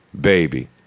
baby